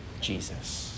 Jesus